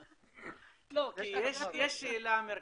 לא, כי יש שאלה מרכזית.